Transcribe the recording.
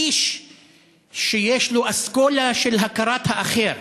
האיש שיש לו אסכולה של הכרת האחר,